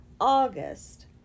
August